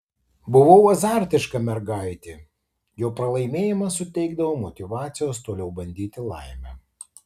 buvau azartiška mergaitė jo pralaimėjimas suteikdavo motyvacijos toliau bandyti laimę